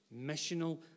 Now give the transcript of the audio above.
Missional